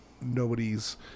nobody's